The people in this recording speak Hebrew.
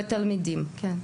בתלמידים, כן.